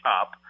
up